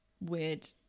weird